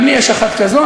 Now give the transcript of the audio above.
גם לי יש אחת כזאת.